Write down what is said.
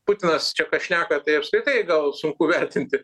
putinas čia ką šneka tai apskritai gal sunku vertinti